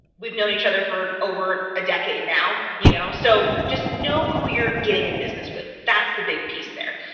we've known each other for over a decade now, you know, so just know who you're getting in business with, that's the big piece there.